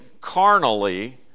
carnally